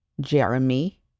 Jeremy